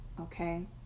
okay